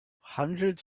hundreds